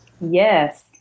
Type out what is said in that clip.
Yes